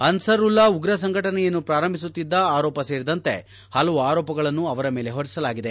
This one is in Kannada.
ಅನಸರುಲ್ಲಾ ಉಗ್ರ ಸಂಘಟನೆಯನ್ನು ಪ್ರಾರಂಭಿಸುತ್ತಿದ್ದ ಆರೋಪ ಸೇರಿದಂತೆ ಹಲವು ಆರೋಪಗಳನ್ನು ಅವರ ಮೇಲೆ ಹೊರಿಸಲಾಗಿದೆ